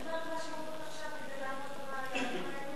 כדי לעמוד ביעדים האלה?